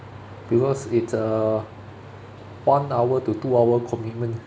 because it's uh one hour to two hour commitment